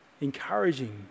encouraging